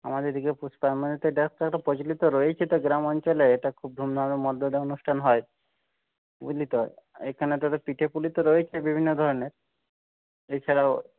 আমাদের এইদিকে প্রচলিত রয়েছে তো গ্রাম অঞ্চলে এটা খুব ধুম ধামের মধ্যে দিয়ে অনুষ্ঠান হয় বুঝলি তো এইখানে তোর পিঠে পুলি তো রয়েছে বিভিন্ন ধরনের এছাড়াও